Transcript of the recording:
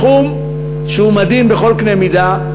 סכום שהוא מדהים בכל קנה-מידה.